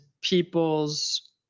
people's